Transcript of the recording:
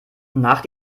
nach